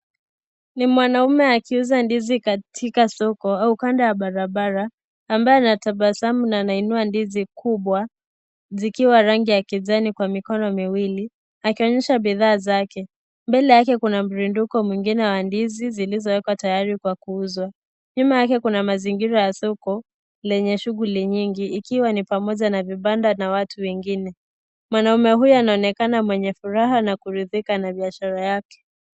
Ni mwanamme akiuza ndizi katika soko, au kando ya barabara, ambaye anatabasamu na anainua ndizi kubwa, zikiwa rangi ya kijani kwa mikono miwili. Akionyesha bidhaa zake. Mbele yake kuna mrundiko mwingine wa ndizi, zilizowekwa tayari kwa kuuzwa. Nyuma yake kuna mazingira ya soko, lenye shughuli nyingi, ikiwa ni pamoja na vibanda na watu wengine. Mwanamme huyu anaonekana na furaha na kurithika na biashara yake.